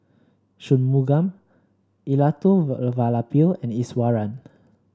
Shunmugam and Iswaran